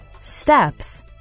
steps